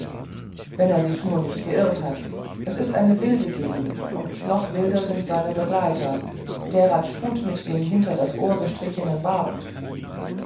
wenn er sich nur nicht verirrt hat es ist eine wilde gegend und noch wilder sind seine begleiter der rajput mit dem hinter das ohr gestrichenen bart